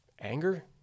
anger